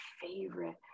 favorite